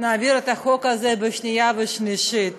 נעביר את החוק הזה בקריאה שנייה ושלישית.